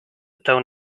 town